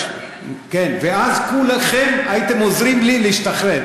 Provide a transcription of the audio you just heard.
ואז כולכם הייתם עוזרים לי להשתחרר.